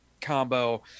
combo